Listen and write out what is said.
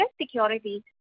Security